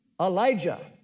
elijah